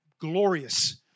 glorious